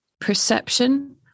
perception